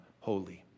holy